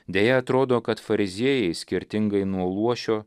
deja atrodo kad fariziejai skirtingai nuo luošio